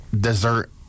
dessert